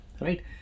Right